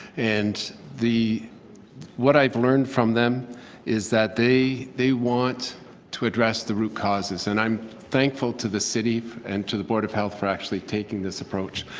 and the what i've learned from them is that they they want to address the root causes. and i'm thankful to the city and to the board of health for actually taking this approach.